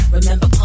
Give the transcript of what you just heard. Remember